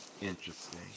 Interesting